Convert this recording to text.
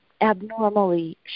abnormally